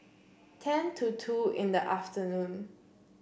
ten to two in the afternoon